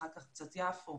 אחר כך קצת יפו,